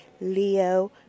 Leo